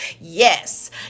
Yes